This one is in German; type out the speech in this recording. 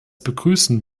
begrüßen